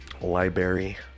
Library